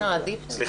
העליונות שמסוגלות,